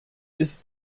ist